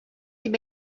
дип